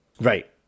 Right